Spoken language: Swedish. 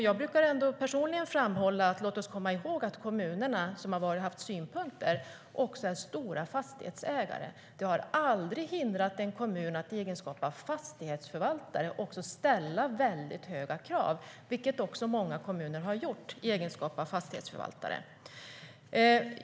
Jag brukar personligen framhålla att vi ska komma ihåg att kommunerna som har haft synpunkter också är stora fastighetsägare. Det har aldrig hindrat en kommun att i egenskap av fastighetsförvaltare ställa väldigt höga krav, vilket många kommuner har gjort i egenskap av fastighetsförvaltare.